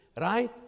right